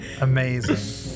amazing